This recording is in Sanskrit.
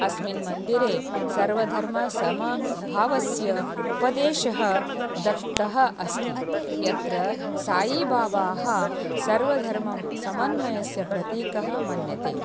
अस्मिन् मन्दिरे सर्वधर्मसमभावस्य उपदेशः दत्तः अस्ति यत्र सायीबाबाः सर्वधर्मं समन्वयस्य प्रतिकः मन्यते